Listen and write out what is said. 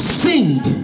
sinned